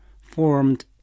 formed